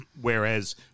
Whereas